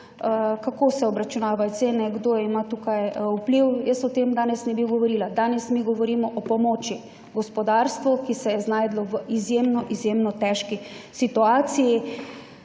kako se obračunavajo cene, kdo ima tukaj vpliv. Jaz o tem danes ne bi govorila. Danes mi govorimo o pomoči gospodarstvu, ki se je znašlo v izjemno izjemno težki situaciji.